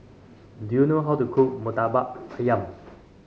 do you know how to cook murtabak ayam